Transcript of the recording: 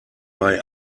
bei